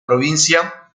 provincia